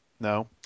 No